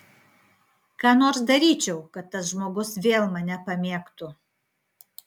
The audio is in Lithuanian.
ką nors daryčiau kad tas žmogus vėl mane pamėgtų